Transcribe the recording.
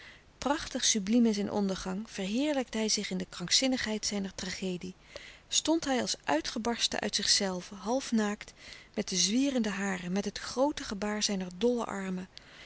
prachtig subliem in zijn ondergang verheerlijkte hij zich in de krankzinnigheid zijner tragedie stond hij als uitgebarsten uit zichzelven half naakt met de zwierende haren met het groote gebaar zijner dolle armen